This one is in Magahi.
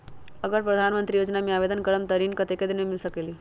अगर प्रधानमंत्री योजना में आवेदन करम त ऋण कतेक दिन मे मिल सकेली?